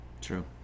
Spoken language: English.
True